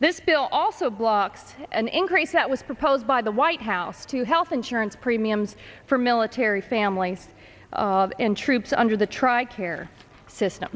this bill also blocks an increase that was proposed by the white house to health insurance premiums for military families and troops under the tri care system